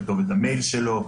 את כתובת המייל שלו.